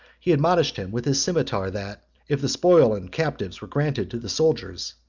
he admonished him with his cimeter, that, if the spoil and captives were granted to the soldiers,